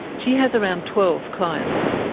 she has around twelve clients.